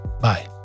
Bye